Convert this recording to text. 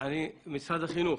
משרד החינוך,